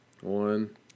One